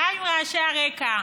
די עם רעשי הרקע.